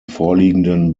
vorliegenden